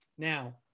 Now